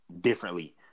differently